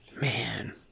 Man